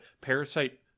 Parasite